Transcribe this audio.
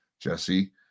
Jesse